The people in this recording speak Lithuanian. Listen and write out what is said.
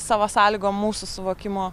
savo sąlygom mūsų suvokimu